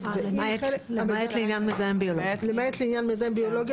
שמסמן אורך חיי מדף בניגוד לתקנות על פי חוק זה